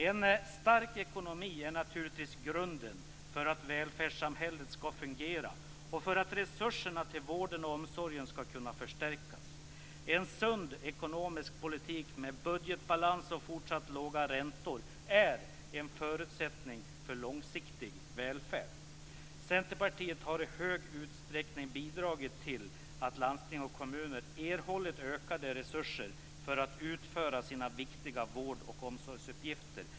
En stark ekonomi är naturligtvis grunden för att välfärdssamhället skall fungera och för att resurserna till vården och omsorgen skall kunna förstärkas. En sund ekonomisk politik med budgetbalans och fortsatt låga räntor är en förutsättning för långsiktig välfärd. Centerpartiet har i hög utsträckning bidragit till att landsting och kommuner har erhållit ökade resurser för att utföra sina viktiga vård och omsorgsuppgifter.